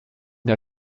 der